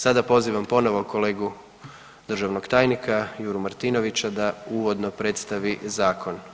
Sada pozivam ponovo kolegu državnog tajnika Juru Martinovića da uvodno predstavi zakon.